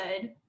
good